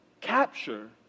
capture